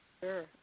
Sure